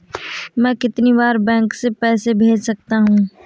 मैं कितनी बार बैंक से पैसे भेज सकता हूँ?